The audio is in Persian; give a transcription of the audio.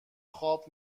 خواب